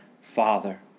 Father